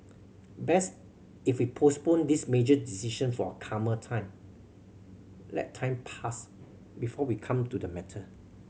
best if we postponed this major decision for a calmer time let time pass before we come to the matter